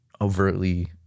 overtly